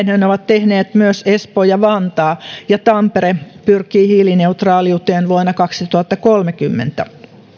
ovat tehneet myös espoo ja vantaa ja tampere pyrkii hiilineutraaliuteen vuonna kaksituhattakolmekymmentä